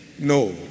No